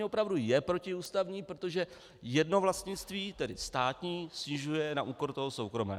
Opravdu je protiústavní, protože jedno vlastnictví, tedy státní, snižuje na úkor toho soukromého.